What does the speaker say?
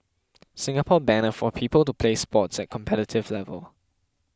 Singapore banner for people to play sports at competitive level